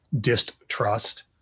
distrust